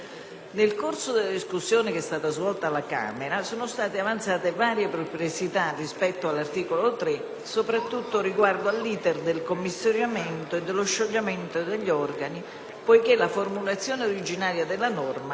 Nel corso della discussione che è stata svolta alla Camera, sono state avanzate varie perplessità rispetto all'articolo 3, soprattutto riguardo all'*iter* del commissariamento e dello scioglimento degli organi, poiché la formulazione originaria della norma